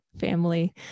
family